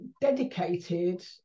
dedicated